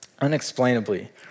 unexplainably